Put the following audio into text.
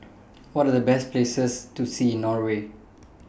What Are The Best Places to See in Norway